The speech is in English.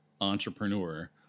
entrepreneur